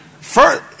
First